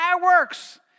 fireworks